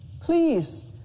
Please